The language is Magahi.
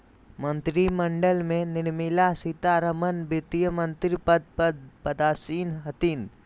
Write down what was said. मंत्रिमंडल में निर्मला सीतारमण वित्तमंत्री पद पर पदासीन हथिन